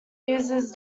uses